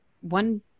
one